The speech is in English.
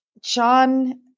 John